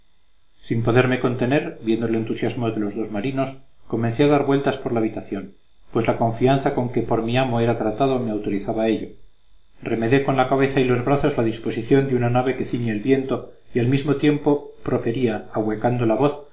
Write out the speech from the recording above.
sin poderme contener viendo el entusiasmo de los dos marinos comencé a dar vueltas por la habitación pues la confianza con que por mi amo era tratado me autorizaba a ello remedé con la cabeza y los brazos la disposición de una nave que ciñe el viento y al mismo tiempo profería ahuecando la voz